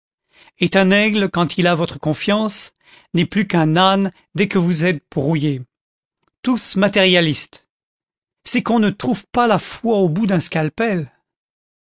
est un aigle quand il a votre confiance n'est plus qu'un âne dès que vous êtes brouillés tous matérialistes c'est qu'on ne trouve pas la foi au bout d'un scalpel